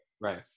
right